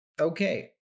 Okay